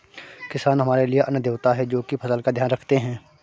किसान हमारे लिए अन्न देवता है, जो की फसल का ध्यान रखते है